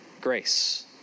Grace